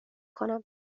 کنم